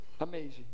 Amazing